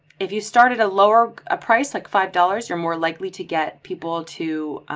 if you start at a lower ah price like five dollars, you're more likely to get people to